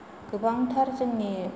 गोबांथार जोंनि